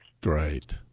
Great